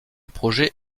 projet